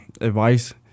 advice